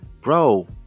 bro